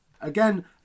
again